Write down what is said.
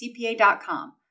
CPA.com